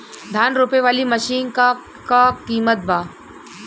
धान रोपे वाली मशीन क का कीमत बा?